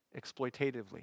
exploitatively